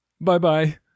Bye-bye